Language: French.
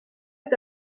est